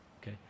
Okay